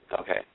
Okay